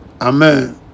Amen